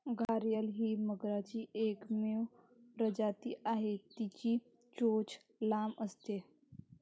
घारीअल ही मगरीची एकमेव प्रजाती आहे, तिची चोच लांब असते